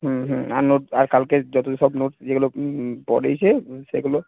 হুম হুম আর নোটস আর কালকের যত সব নোটস যেগুলো পড়িয়েছে সেগুলো